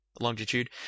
longitude